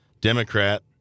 democrat